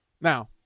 Now –